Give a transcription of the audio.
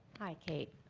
hi, kate.